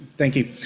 thank you.